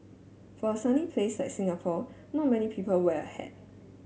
for a sunny place like Singapore not many people wear a hat